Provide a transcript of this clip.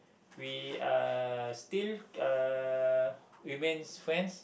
we are still uh remain friends